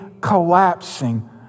collapsing